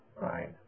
right